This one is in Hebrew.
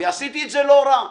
ועשיתי את זה לא רע,